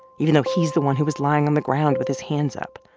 even though he's the one who was lying on the ground with his hands up.